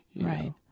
Right